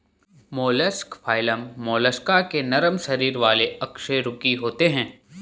mollusc phylum Mollusca के नरम शरीर वाले अकशेरुकी होते हैं